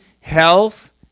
health